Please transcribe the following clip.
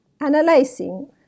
analyzing